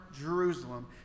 Jerusalem